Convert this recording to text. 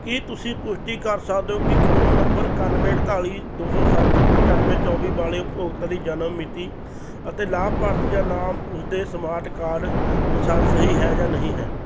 ਕੀ ਤੁਸੀਂ ਪੁਸ਼ਟੀ ਕਰ ਸਕਦੇ ਹੋ ਕਿ ਫੋਨ ਨੰਬਰ ਇਕਾਨਵੇਂ ਅਠਤਾਲੀ ਦੋ ਸੌ ਸੱਠ ਪਚਾਨਵੇਂ ਚੌਵੀ ਵਾਲੇ ਉਪਭੋਗਤਾ ਦੀ ਜਨਮ ਮਿਤੀ ਅਤੇ ਲਾਭਪਾਤਰੀ ਦਾ ਨਾਮ ਉਸਦੇ ਸਮਾਰਟ ਕਾਰਡ ਅਨੁਸਾਰ ਸਹੀ ਹੈ ਜਾਂ ਨਹੀਂ ਹੈ